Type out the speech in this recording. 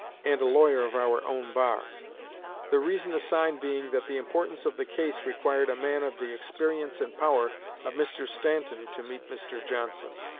and a lawyer of our own bar the reason assigned being that the importance of the case required a man of the experience and power of mr. stanton to meet mr. johnson.